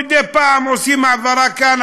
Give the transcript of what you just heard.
מדי פעם עושים העברה כאן,